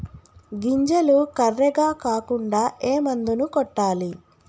గింజలు కర్రెగ కాకుండా ఏ మందును కొట్టాలి?